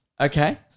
Okay